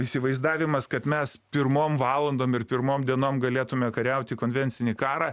įsivaizdavimas kad mes pirmom valandom ir pirmom dienom galėtume kariauti konvencinį karą